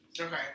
Okay